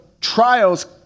trials